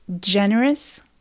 generous